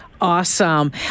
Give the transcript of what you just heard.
Awesome